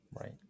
right